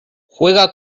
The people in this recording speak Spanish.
juega